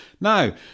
Now